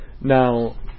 Now